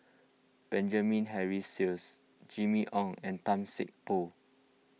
Benjamin Henry Sheares Jimmy Ong and Tan Seng Poh